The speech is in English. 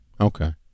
Okay